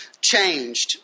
changed